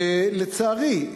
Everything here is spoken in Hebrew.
שלצערי,